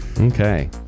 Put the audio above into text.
okay